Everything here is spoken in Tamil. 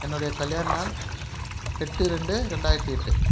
என்னுடைய கல்யாண நாள் எட்டு ரெண்டு ரெண்டாயிரத்தி எட்டு